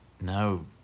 no